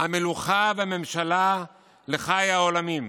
"המלוכה והממשלה לחי העולמים".